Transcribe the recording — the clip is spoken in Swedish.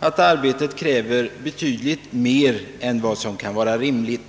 att arbetet kräver betydligt mer än vad som kan vara rimligt.